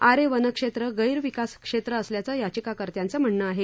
आरे वनक्षेत्र गैरविकास क्षेत्र असल्याचं याचिकार्त्यांचं म्हणणं आहे